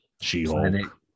she-hulk